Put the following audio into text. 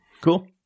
Cool